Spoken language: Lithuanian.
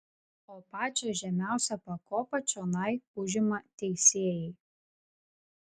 o pačią žemiausią pakopą čionai užima teisėjai